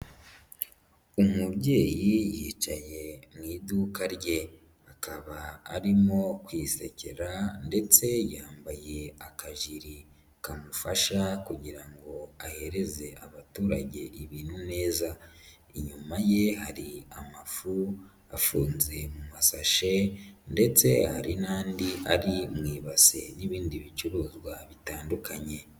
Umubyeyi yicaye mu iduka rye. Akaba arimo kwisekera ndetse yambaye akajiri kamufasha kugira ngo aheze abaturage ibintu neza. Inyuma ye hari amafu, afunze mu masashe ndetse hari n'andi ari mu ibasi n'ibindi bicuruzwa bitandukanye.